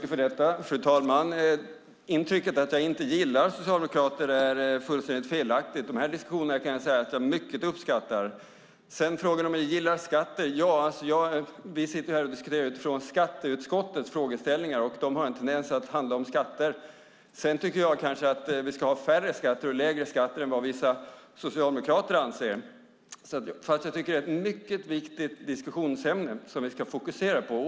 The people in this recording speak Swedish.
Fru talman! Intrycket att jag inte gillar socialdemokrater är fullständigt felaktigt. Jag kan säga att jag uppskattar de här diskussionerna mycket. Sedan var det frågan om huruvida jag gillar skatter. Vi sitter här och diskuterar skatteutskottets frågeställningar, och de har en tendens att handla om skatter. Sedan tycker jag kanske att vi ska ha färre skatter och lägre skatter än vad vissa socialdemokrater anser. Jag tycker att det är ett mycket viktigt diskussionsämne som vi ska fokusera på.